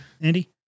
Andy